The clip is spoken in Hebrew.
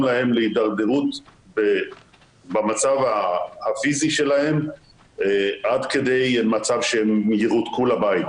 להם להידרדרות במצב הפיזי שלהם עד כדי מצב שהם ירותקו לבית.